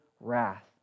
wrath